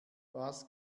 was